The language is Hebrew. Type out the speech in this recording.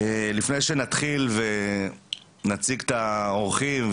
לפי שנתחיל ונציג את האורחים,